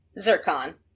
Zircon